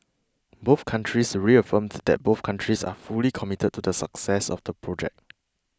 both countries reaffirmed that both countries are fully committed to the success of the project